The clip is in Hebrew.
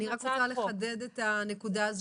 אני רק רוצה לחדד את הנקודה הזאת.